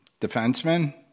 defenseman